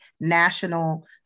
national